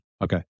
Okay